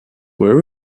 were